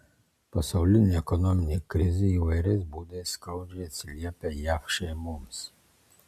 pasaulinė ekonominė krizė įvairiais būdais skaudžiai atsiliepia jav šeimoms